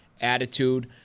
attitude